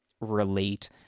relate